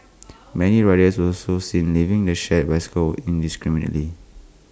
many riders were also seen leaving the shared bicycles indiscriminately